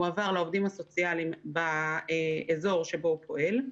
לעובדים הסוציאליים באזור שבו הוא פועל,